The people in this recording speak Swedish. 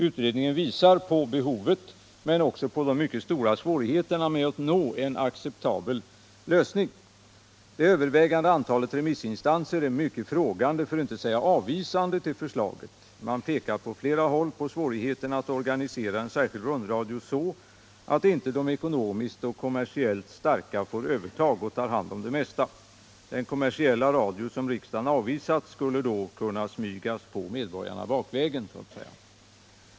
Utredningen visar på behovet men också på de mycket stora svårigheterna med att nå en acceptabel lösning. Det övervägande antalet remissinstanser är mycket frågande för att inte säga avvisande till förslaget. Man pekar på flera håll på svårigheten att organisera en särskild rundradio så, att inte de ekonomiskt och kommersiellt starka får övertag och tar hand om det mesta. Den kommersiella radio som riksdagen avvisat skulle då kunna smygas på medborgarna bakvägen så att säga.